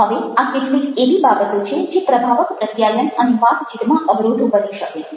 હવે આ કેટલીક એવી બાબતો છે જે પ્રભાવક પ્રત્યાયન અને વાતચીતમાં અવરોધો બની શકે છે